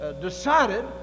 decided